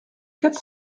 quatre